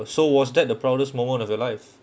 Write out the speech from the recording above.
so was that the proudest moment of your life